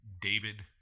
david